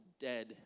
dead